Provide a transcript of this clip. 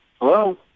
Hello